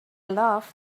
loved